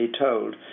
told